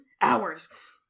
Hours